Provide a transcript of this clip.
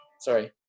sorry